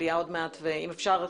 מעט המליאה מתכנסת.